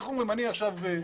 בסדר,